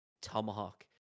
Tomahawk